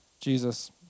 Jesus